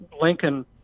Lincoln